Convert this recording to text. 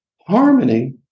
Harmony